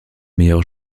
meilleurs